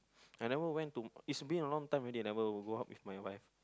I never went to is been a long time already I never go out with my wife